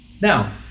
Now